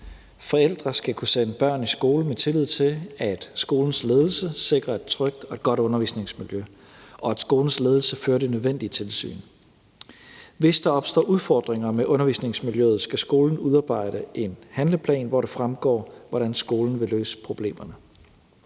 Forældre skal kunne sende børn i skole med tillid til, at skolens ledelse sikrer et trygt og godt undervisningsmiljø, og at skolens ledelse fører det nødvendige tilsyn. Hvis der opstår udfordringer med undervisningsmiljøet, skal skolen udarbejde en handleplan, hvoraf det fremgår, hvordan skolen vil løse problemerne.